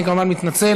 אני כמובן מתנצל.